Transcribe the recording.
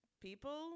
people